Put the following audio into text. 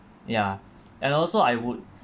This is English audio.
ya and also I would